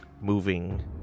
moving